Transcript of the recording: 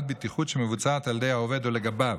בטיחות שמבוצעת על ידי העובד או לגביו.